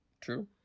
True